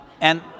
And-